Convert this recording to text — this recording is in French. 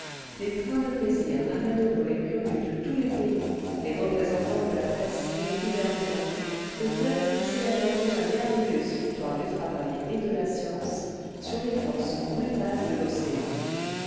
des trains de plaisir amèneront les curieux de tous les pays les représentants de la presse et des gouvernements aux fêtes qui célébreront la merveilleuse victoire du travail et de lascience sur les forces brutales de l'océan